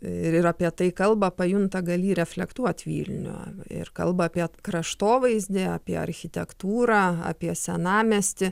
ir apie tai kalba pajunta gali reflektuot vilnių ir kalba apie kraštovaizdį apie architektūrą apie senamiestį